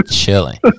chilling